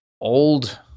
old